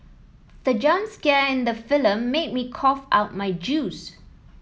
the jump scare in the film made me cough out my juice